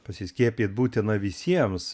pasiskiepyt būtina visiems